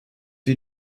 you